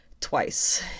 twice